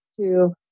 two